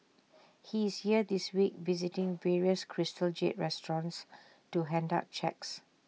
he is here this week visiting various crystal jade restaurants to hand out cheques